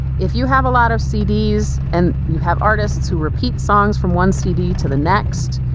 if you have a lot of cds and you have artists who repeat songs from one cd to the next,